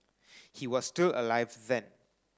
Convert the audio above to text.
he was still alive then